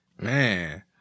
Man